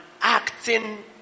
acting